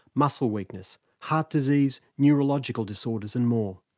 muscle weakness, heart disease, neurological disorders and more.